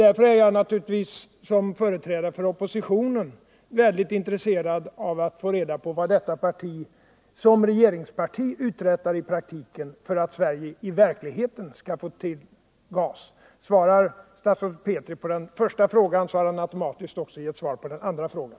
Därför är jag naturligtvis som företrädare för oppositionen mycket intresserad av att få reda på vad detta parti som regeringsparti uträttar i praktiken för att Sverige i verkligheten skall få gas. Svarar statsrådet Petri på den första frågan, så har han automatiskt också gett svar på den andra frågan.